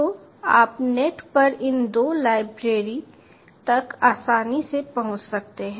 तो आप नेट पर इन दो लाइब्रेरी तक आसानी से पहुँच सकते हैं